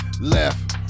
Left